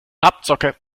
abzocke